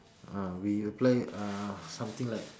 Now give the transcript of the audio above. ah we reply uh something like